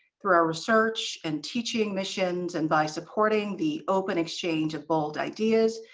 through our research and teaching missions and by supporting the open exchange of bold ideas,